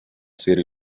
ser